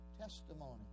testimony